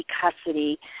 custody